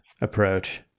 approach